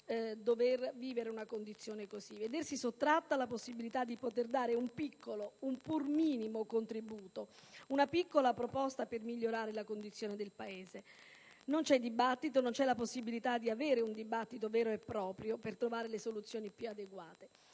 dover vivere una simile condizione, vedersi sottratta la possibilità di dare un pur minimo contributo, di avanzare una piccola proposta per migliorare la condizione del Paese. Non c'è la possibilità di avere un dibattito vero e proprio, aperto, per trovare le soluzioni più adeguate.